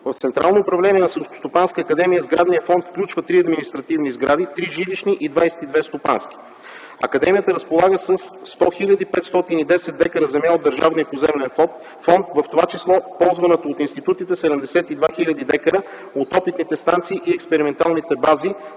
В Централното управление на Селскостопанската академия сградният фонд включва три административни сгради, три жилищни и 22 стопански. Академията разполага със 100 510 дка земя от държавния поземлен фонд, в това число ползваната от институцията 72 000 дка, от опитните станции и експерименталните бази